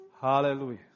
Hallelujah